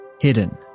hidden